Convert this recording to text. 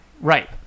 Right